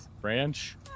branch